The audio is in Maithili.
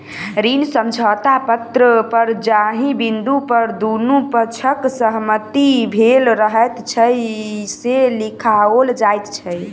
ऋण समझौता पत्र पर जाहि बिन्दु पर दुनू पक्षक सहमति भेल रहैत छै, से लिखाओल जाइत छै